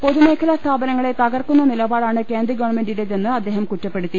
പൊതുമേഖലാ സ്ഥാപനങ്ങളെ തകർക്കുന്ന നിലപാടാണ് കേന്ദ്ര ഗവൺമെന്റിന്റേതെന്ന് അദ്ദേഹം കുറ്റപ്പെടുത്തി